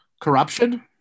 corruption